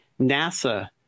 NASA